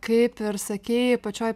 kaip ir sakei pačioj